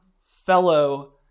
fellow